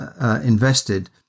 invested